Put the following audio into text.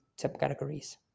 subcategories